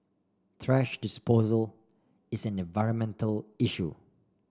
thrash disposal is an environmental issue